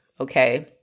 okay